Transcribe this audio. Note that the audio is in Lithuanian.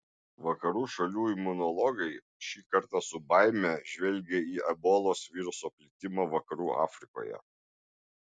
vakarų šalių imunologai šį kartą su baime žvelgė į ebolos viruso plitimą vakarų afrikoje